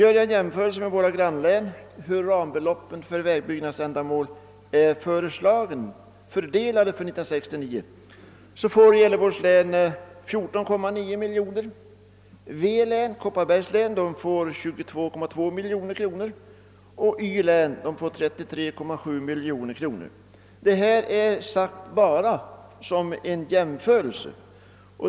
En jämförelse med våra grannlän av hur rambeloppen för vägändamål föreslås fördelade för 1969 visar att Gävleborgs län får 14,9 miljoner kronor, Kopparbergs län 22,2 miljoner kronor och Västernorrlands län 33,7 miljoner kronor.